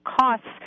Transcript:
costs